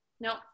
No